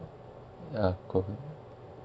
ya COVID